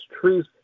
truth